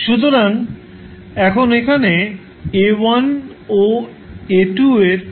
সুতরাং এখন এখানে A1 ও A2 এর 2 টি সমীকরণ রয়েছে